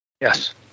Yes